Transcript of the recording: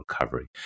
recovery